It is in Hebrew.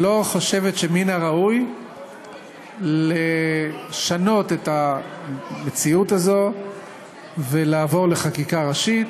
לא חושבת שמן הראוי לשנות את המציאות הזאת ולעבור לחקיקה ראשית,